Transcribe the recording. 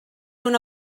una